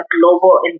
global